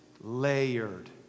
layered